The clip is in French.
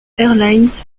airlines